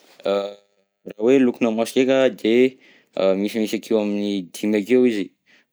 Raha hoe lokona maso ndreka, de misimisy akeo amin'ny dimy akeo izy,